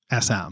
SM